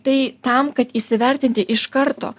tai tam kad įsivertinti iš karto